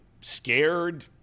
scared